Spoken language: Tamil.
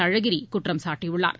அழகிரி குற்றம் சாட்டியுள்ளார்